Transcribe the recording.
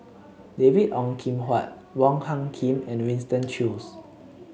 David Ong Kim Huat Wong Hung Khim and Winston Choos